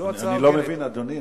זו הצעה --- אני לא מבין, אדוני.